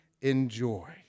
enjoy